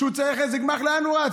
כשהוא צריך איזה גמ"ח, לאן הוא רץ?